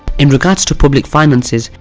in regards to public finances,